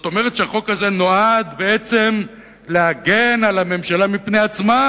כלומר החוק הזה נועד בעצם להגן על הממשלה מפני עצמה,